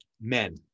men